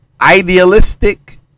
idealistic